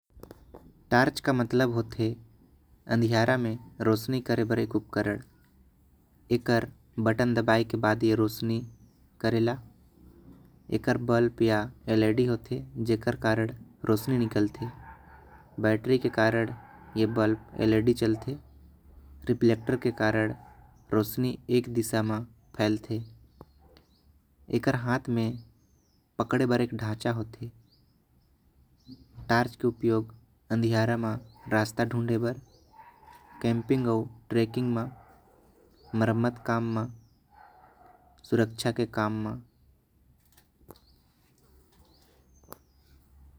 टॉर्च के मतलब होते अंधियारा म रोशनी करे। के उपकरण एकर बटन दबाई के बाद ए रोशनी करे। ल एकर बल्प या एलइडी होते एकर कारण रोशनी निकलते। बैटरी के कारण ए बल्ब एलइडी जलते रिफैक्ट के करना। रोशनी एक दिसा म चलते एकर हाथ म पकड़े खातिर। एक ढांचा होते टॉर्च के अंधियारा में रास्ता ढूंढे। बार कैंपिंग आऊ ट्रेकिंग म मरम्मत काम म सुरक्षा के कम म।